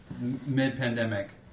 mid-pandemic